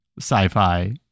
sci-fi